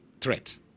threat